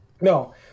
No